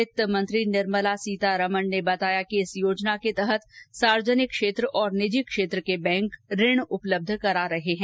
वित्तमंत्री निर्मला सीतारमण ने बताया कि इस योजना के तहत सार्वजनिक क्षेत्र और निजी क्षेत्र के बैंक ऋण उपलब्ध करा रहे हैं